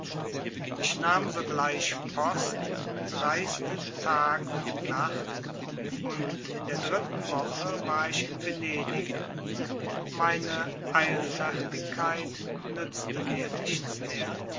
ich nahm sogleich post reiste tag und nacht und in der dritten woche war ich in venedig meine eilfertigkeit nützte mir nichts mehr